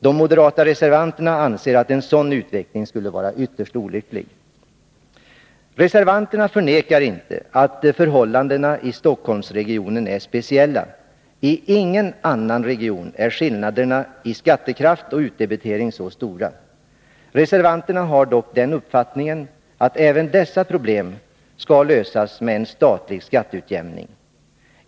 De moderata reservanterna anser att en sådan utveckling skulle vara ytterst olycklig. Reservanterna förnekar inte att förhållandena i Stockholmsregionen är speciella. I ingen annan region är skillnaderna i skattekraft och utdebitering så stora. Reservanterna har dock den uppfattningen, att även dessa problem skall lösas med en statlig skatteutjämning.